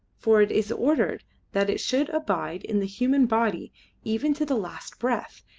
for it is ordered that it should abide in the human body even to the last breath,